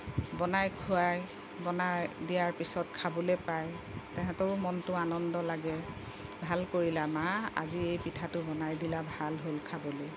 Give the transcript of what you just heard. বনাই খোৱাই বনাই দিয়াৰ পিছত খাবলৈ পায় তেহেঁতৰো মনটো আনদ লাগে ভাল কৰিলা মা আজি পিঠাটো বনাই দিলা ভাল হ'ল খাবলৈ